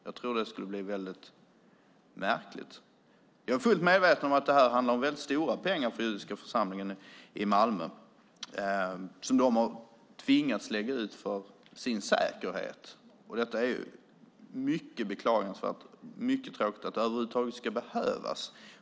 Jag tror att det skulle bli väldigt märkligt. Jag är fullt medveten om att det handlar om väldigt stora pengar som judiska församlingen i Malmö har tvingats lägga ut för sin säkerhet. Det är mycket beklagansvärt och mycket tråkigt att det över huvud taget ska behövas.